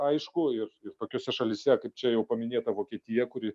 aišku ir ir tokiose šalyse kaip čia jau paminėta vokietija kuri